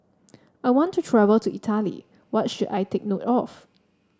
I want to travel to Italy what should I take note of